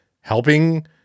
helping